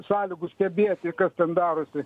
sąlygų stebėti kas ten darosi